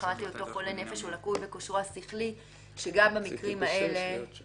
מחמת היותו חולה נפש או לקוי בכושרו השכלי - זה יחול.